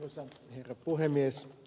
arvoisa herra puhemies